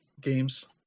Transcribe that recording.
games